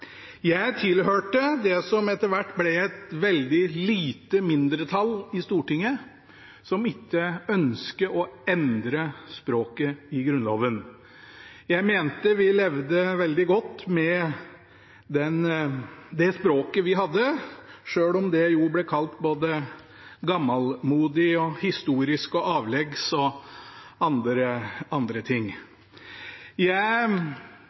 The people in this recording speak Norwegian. Jeg tilhørte det som etter hvert ble et veldig lite mindretall i Stortinget, som ikke ønsket å endre språket i Grunnloven. Jeg mente vi levde veldig godt med det språket vi hadde, selv om det ble kalt både gammelmodig, historisk, avleggs og andre ting.